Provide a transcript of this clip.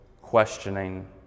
questioning